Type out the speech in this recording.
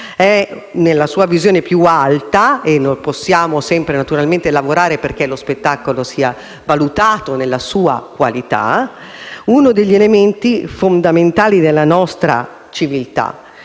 Nella sua visione più alta - e possiamo sempre lavorare perché lo spettacolo sia valutato nella sua qualità - è uno degli elementi fondamentali della nostra civiltà